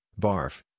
BARF